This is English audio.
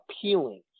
appealing